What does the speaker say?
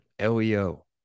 LEO